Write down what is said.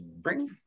Bring